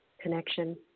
connection